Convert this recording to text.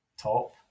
top